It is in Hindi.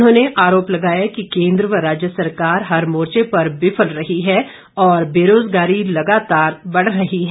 उन्होंने आरोप लगाया कि केंद्र व राज्य सरकार हर मोर्चे पर विफल रही है और बेरोजगारी लगातार बढ़ रही है